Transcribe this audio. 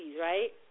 right